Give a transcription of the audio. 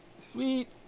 Sweet